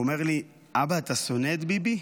והוא אומר לי, אבא, אתה שונא את ביבי?